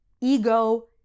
ego